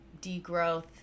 degrowth